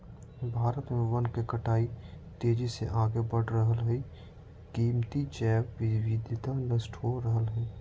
भारत में वन के कटाई तेजी से आगे बढ़ रहल हई, कीमती जैव विविधता नष्ट हो रहल हई